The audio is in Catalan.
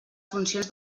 funcions